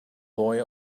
boy